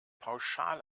pauschal